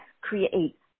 create